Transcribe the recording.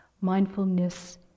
Mindfulness